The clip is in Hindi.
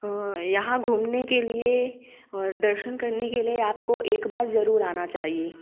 यहाँ घूमने के लिए और दर्शन करने के लिए आपको जरूर आना चाहिए